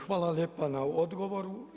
Hvala lijepa na odgovoru.